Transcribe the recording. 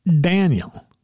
Daniel